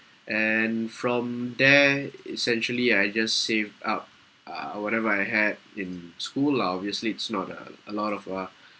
and from there essentially I just saved up uh whatever I had in school lah obviously it's not uh a lot of uh